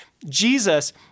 Jesus